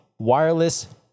wireless